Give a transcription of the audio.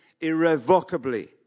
irrevocably